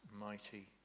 mighty